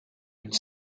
une